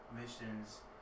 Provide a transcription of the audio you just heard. missions